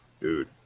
Dude